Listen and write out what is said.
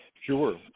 Sure